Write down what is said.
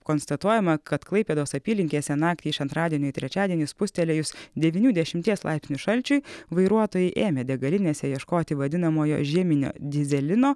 konstatuojama kad klaipėdos apylinkėse naktį iš antradienio į trečiadienį spustelėjus devynių dešimties laipsnių šalčiui vairuotojai ėmė degalinėse ieškoti vadinamojo žieminio dyzelino